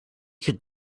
could